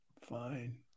Fine